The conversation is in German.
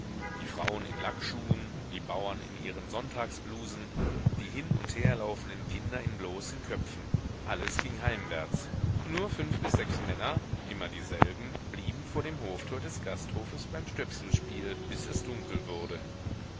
die frauen in lackschuhen die bauern in ihren sonntagsblusen die hin und her laufenden kinder in bloßen köpfen alles ging heimwärts nur fünf bis sechs männer immer dieselben blieben vor dem hoftor des gasthofes beim stöpselspiel bis es dunkel wurde